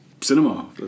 cinema